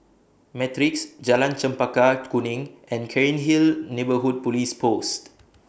Matrix Jalan Chempaka Kuning and Cairnhill Neighbourhood Police Post